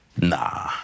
Nah